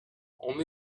only